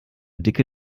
dicke